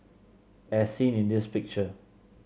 as seen in this picture